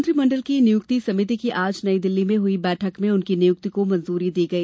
मंत्रिमंडल की नियुक्ति समिति की आज नई दिल्ली में हुई बैठक में उनकी नियुक्ति को मंजूरी दी गई